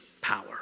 power